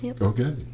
Okay